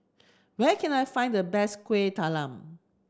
where can I find the best Kueh Talam